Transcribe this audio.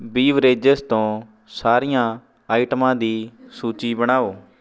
beverages ਤੋਂ ਸਾਰੀਆਂ ਆਈਟਮਾਂ ਦੀ ਸੂਚੀ ਬਣਾਓ